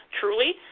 truly